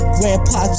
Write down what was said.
Grandpa